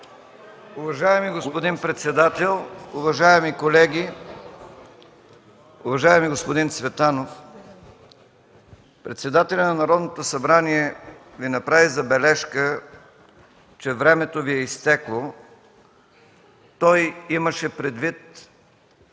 Уважаеми господин председател, уважаеми колеги! Уважаеми господин Цветанов, председателят на Народното събрание Ви направи забележка, че времето Ви е изтекло. Той имаше предвид факта, че просрочихте